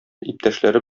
иптәшләре